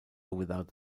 without